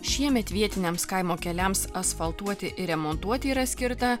šiemet vietiniams kaimo keliams asfaltuoti ir remontuoti yra skirta